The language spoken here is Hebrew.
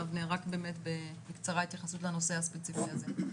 אבנר, רק בקצרה התייחסות לנושא הספציפי הזה.